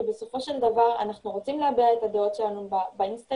כי בסופו של דבר אנחנו רוצים להביע את הדעות שלנו באינסטגרם,